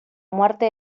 muerte